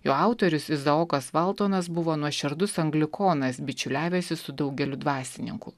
jo autorius izaokas valtonas buvo nuoširdus anglikonas bičiuliavęsi su daugeliu dvasininkų